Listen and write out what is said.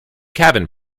cabin